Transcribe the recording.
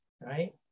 right